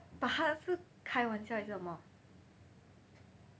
but 他是开玩笑还是什么